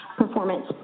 performance